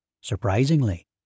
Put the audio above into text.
Surprisingly